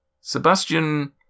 Sebastian